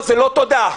זה לא תודה.